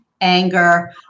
anger